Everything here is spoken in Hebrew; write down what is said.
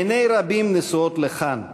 עיני רבים נשואות לכאן ואלינו,